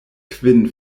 kvin